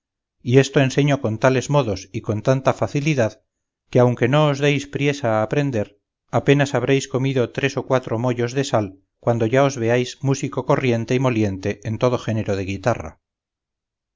y esto enseño con tales modos y con tanta facilidad que aunque no os deis priesa a aprender apenas habréis comido tres o cuatro moyos de sal cuando ya os veáis músico corriente y moliente en todo género de guitarra